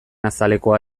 azalekoa